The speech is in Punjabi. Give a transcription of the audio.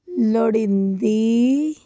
ਲੋੜੀਦੀ